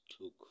took